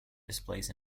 displays